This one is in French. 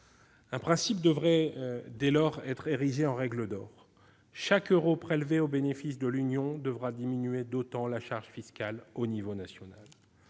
un principe devrait être érigé en règle d'or : chaque euro prélevé au bénéfice de l'Union européenne devra diminuer d'autant la charge fiscale au niveau national.